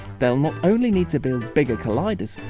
they'll not only need to build bigger colliders,